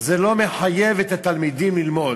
זה לא מחייב את התלמידים ללמוד.